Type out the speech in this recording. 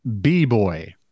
B-Boy